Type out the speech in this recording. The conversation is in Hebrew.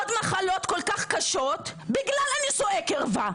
עוד מחלות כל כך קשות בגלל נישואי קרבה.